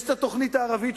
יש התוכנית הערבית,